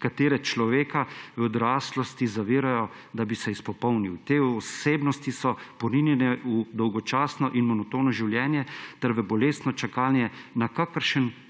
ki človeka v odraslosti zavirajo, da bi se izpopolnil. Te osebnosti so porinjene v dolgočasno in monotono življenje ter v bolestno čakanje na kakršenkoli